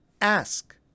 Ask